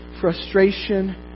frustration